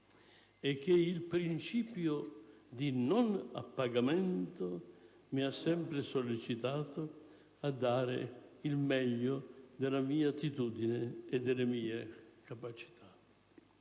e che il principio di «non appagamento» mi ha sempre sollecitato a dare il meglio della mia attitudine e delle mie capacità.